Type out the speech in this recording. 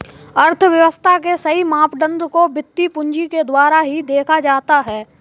अर्थव्यव्स्था के सही मापदंड को वित्तीय पूंजी के द्वारा ही देखा जाता है